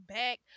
back